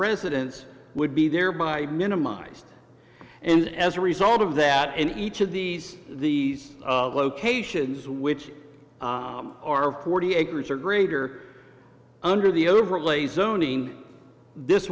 residents would be thereby minimized and as a result of that in each of these these locations which are forty acres or greater under the overlay zoning this